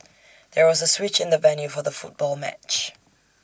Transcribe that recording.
there was A switch in the venue for the football match